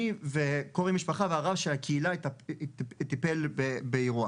אני, קרובי משפחה והרב של הקהילה טיפלנו באירוע.